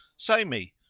say me,